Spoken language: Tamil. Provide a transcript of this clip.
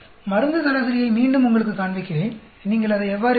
மருந்து சராசரியை மீண்டும் உங்களுக்குக் காண்பிக்கிறேன் நீங்கள் அதை எவ்வாறு பெறுவீர்கள்